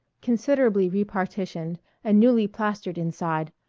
considerably repartitioned and newly plastered inside,